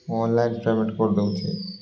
ମୁଁ online payment କରିଦେଉଛି